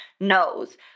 Knows